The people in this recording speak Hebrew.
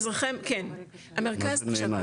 מה זה נהנה?